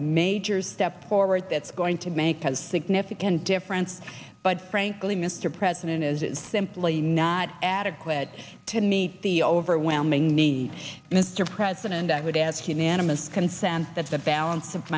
major step forward that's going to make a significant difference but frankly mr president is it simply not adequate to meet the overwhelming need mr president i would ask unanimous consent that the balance of